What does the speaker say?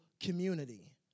community